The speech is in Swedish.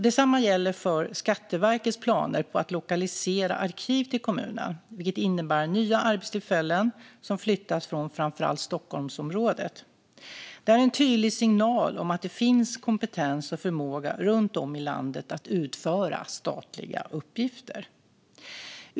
Detsamma gäller Skatteverkets planer på att lokalisera arkiv till kommunen, vilket innebär nya arbetstillfällen som flyttas från framför allt Stockholmsområdet. Det är en tydlig signal om att det finns kompetens och förmåga runt om i landet att utföra statliga uppgifter.